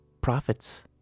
profits